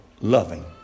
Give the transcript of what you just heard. loving